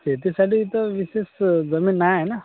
शेतीसाठी तर विशेष जमीन नाही आहे ना